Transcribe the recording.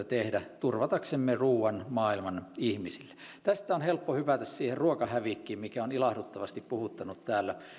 tehdä turvataksemme ruuan maailman ihmisille tästä on helppo hypätä siihen ruokahävikkiin mikä on ilahduttavasti puhuttanut täällä